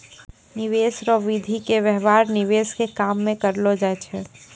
निवेश रो विधि के व्यवहार निवेश के काम मे करलौ जाय छै